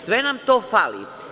Sve nam to fali.